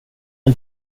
jag